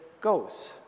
goes